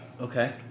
Okay